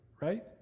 right